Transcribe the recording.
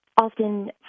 often